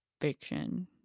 Fiction